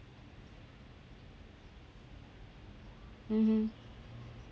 mmhmm